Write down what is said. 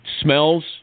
smells